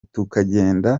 tuzagenda